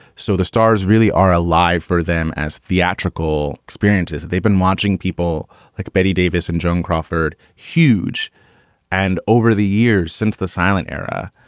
so the stars really are alive for them as theatrical experiences. they've been watching people like betty davis and joan crawford huge and over the years since the silent era.